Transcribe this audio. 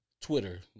Twitter